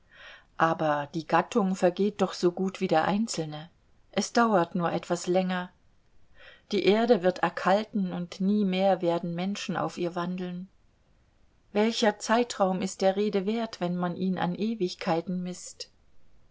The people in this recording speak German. aber die gattung vergeht doch so gut wie der einzelne es dauert nur etwas länger die erde wird erkalten und nie mehr werden menschen auf ihr wandeln welcher zeitraum ist der rede wert wenn man ihn an ewigkeiten mißt